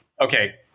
Okay